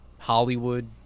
Hollywood